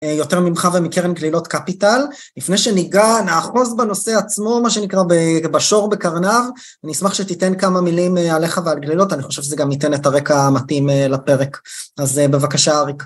יותר ממך ומקרן גלילות קפיטל לפני שניגע נאחוז בנושא עצמו מה שנקרא בשור בקרנר אני אשמח שתיתן כמה מילים עליך ועל גלילות אני חושב שזה גם ייתן את הרקע המתאים לפרק אז בבקשה אריק